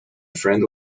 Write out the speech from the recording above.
friend